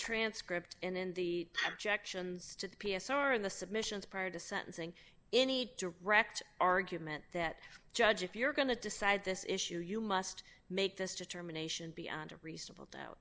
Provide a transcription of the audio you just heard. transcript in the objections to the p s r in the submissions prior to sentencing any direct argument that judge if you're going to decide this issue you must make this determination beyond a reasonable